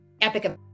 Epic